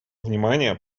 внимание